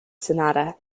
sonata